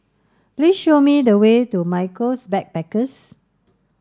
please show me the way to Michaels Backpackers